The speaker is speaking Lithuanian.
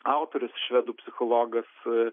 autorius švedų psichologas e